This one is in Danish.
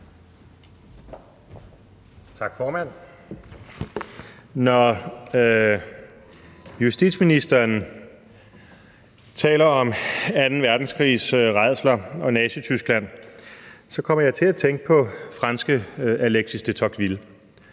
Tak, formand. Når justitsministeren taler om anden verdenskrigs rædsler og Nazityskland, kommer jeg til at tænke på franske Alexis de Tocqueville,